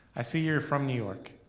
i see you're from new york.